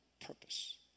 purpose